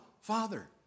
Father